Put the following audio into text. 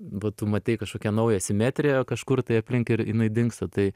va tu matei kažkokią naują simetriją kažkur tai aplink ir jinai dingsta tai